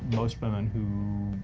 most women who,